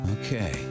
Okay